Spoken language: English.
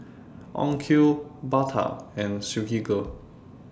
Onkyo Bata and Silkygirl